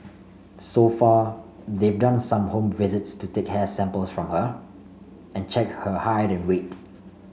so far they've done some home visits to take hair samples from her and check her height and weight